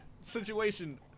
situation